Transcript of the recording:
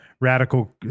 radical